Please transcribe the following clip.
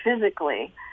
physically